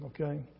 okay